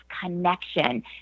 connection